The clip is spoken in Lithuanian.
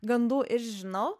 gandų ir žinau